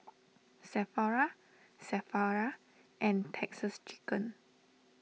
Sephora Sephora and Texas Chicken